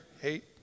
hate